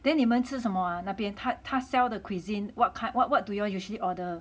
then 你们吃什么啊那边他他 sell 的 cuisine what kind what what do you usually order